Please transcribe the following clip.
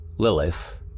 Lilith